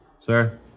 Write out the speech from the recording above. Sir